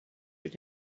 your